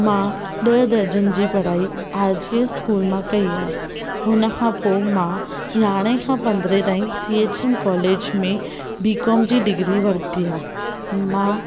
मां ॾह दर्जानि जी पढ़ाई आर जी एस स्कूल मां कई आहे हुन खां पो मां यारहें खां पंद्रहं ताई सी एच एम कॉलेज में बी कॉम डिग्री वरती आहे मां